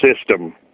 system